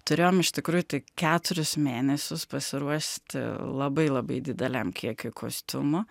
turėjom iš tikrųjų tai keturis mėnesius pasiruošti labai labai dideliam kiekiui kostiumų